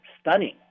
stunning